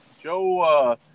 Joe